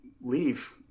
leave